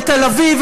בתל-אביב,